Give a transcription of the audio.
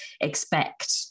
expect